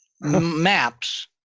Maps